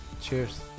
cheers